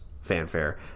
fanfare